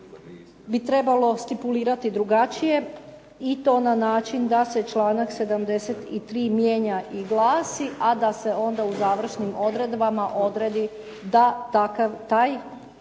bi trebalo stipulirati drugačije i to na način da se članak 73. mijenja i glasi a da se onda u završnim odredbama odredi da taj